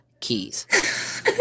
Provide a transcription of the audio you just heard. keys